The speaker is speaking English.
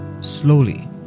slowly